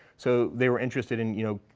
so they were interested in, you know,